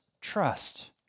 trust